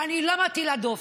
ואני לא מטילה דופי.